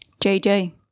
JJ